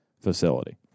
facility